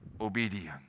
Obedience